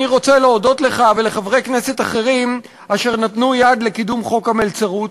אני רוצה להודות לך ולחברי הכנסת אחרים אשר נתנו יד לקידום חוק המלצרות.